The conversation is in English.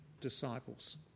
disciples